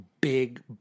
big